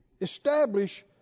Establish